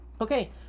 okay